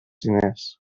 diners